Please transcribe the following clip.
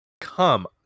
come